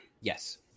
yes